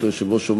ברשות היושב-ראש,